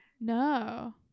no